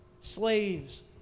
Slaves